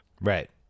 Right